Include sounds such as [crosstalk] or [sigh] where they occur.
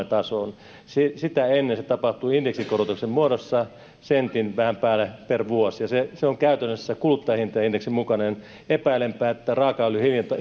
[unintelligible] tasoon sitä sitä ennen se tapahtuu indeksikorotuksen muodossa vähän päälle sentin per vuosi se se on käytännössä kuluttajahintaindeksin mukainen epäilenpä että raakaöljyn hinta [unintelligible]